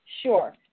Sure